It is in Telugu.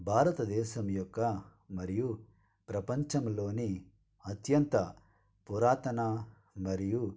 భారతదేశం యొక్క మరియు ప్రపంచంలోని అత్యంత పురాతన మరియు